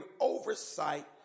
oversight